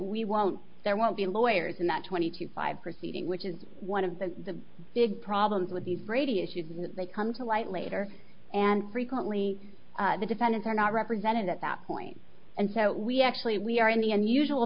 we won't there won't be lawyers in that twenty two five proceeding which is one of the big problems with these radios shouldn't they come to light later and frequently the defendants are not represented at that point and so we actually we are in the unusual